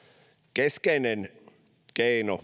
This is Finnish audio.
keskeinen keino